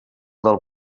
del